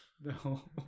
No